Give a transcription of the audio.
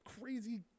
crazy